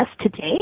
today